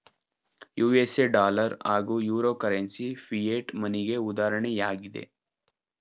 USA dollar ಹಾಗೂ euro currency fiat ಮನಿಗೆ ಉದಾಹರಣೆಯಾಗಿದೆ